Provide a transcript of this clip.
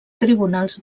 tribunals